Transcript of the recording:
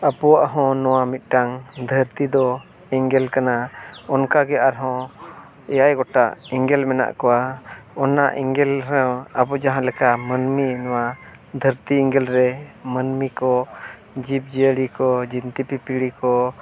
ᱟᱵᱚᱣᱟᱜ ᱦᱚᱸ ᱱᱚᱣᱟ ᱢᱤᱫᱴᱟᱝ ᱫᱷᱟᱹᱨᱛᱤ ᱫᱚ ᱮᱸᱜᱮᱞ ᱠᱟᱱᱟ ᱚᱱᱠᱟᱜᱮ ᱟᱨᱦᱚᱸ ᱮᱭᱟᱭ ᱜᱚᱴᱟᱝ ᱮᱸᱜᱮᱞ ᱢᱮᱱᱟᱜ ᱠᱚᱣᱟ ᱚᱱᱟ ᱮᱸᱜᱮᱞ ᱨᱮᱦᱚᱸ ᱟᱵᱚ ᱡᱟᱦᱟᱸ ᱞᱮᱠᱟ ᱢᱟᱱᱢᱤ ᱱᱚᱣᱟ ᱫᱷᱟᱹᱨᱛᱤ ᱮᱸᱜᱮᱞ ᱨᱮ ᱢᱟᱱᱢᱤ ᱠᱚ ᱡᱤᱵᱽᱼᱡᱤᱭᱟᱹᱞᱤ ᱠᱚ ᱡᱤᱱᱛᱤᱼᱯᱤᱯᱤᱲᱤ ᱠᱚ